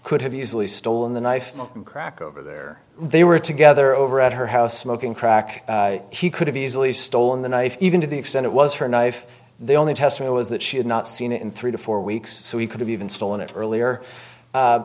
could have easily stolen the knife and crack over there they were together over at her house smoking crack she could have easily stolen the knife even to the extent it was her knife the only test was that she had not seen it in three to four weeks so he could have even stolen it earlier